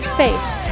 face